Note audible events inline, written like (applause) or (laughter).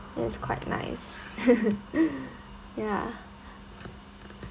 it's quite nice (laughs) ya